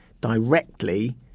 directly